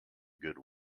good